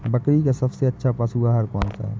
बकरी का सबसे अच्छा पशु आहार कौन सा है?